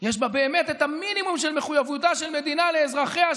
יש בה באמת את המינימום של מחויבותה של מדינה לאזרחיה,